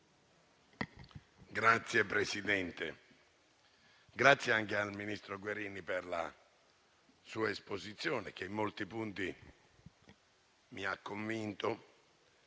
Signor Presidente, ringrazio il ministro Guerini per la sua esposizione, che in molti punti mi ha convinto,